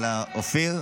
אופיר,